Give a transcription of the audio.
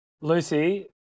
Lucy